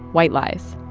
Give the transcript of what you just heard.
white lies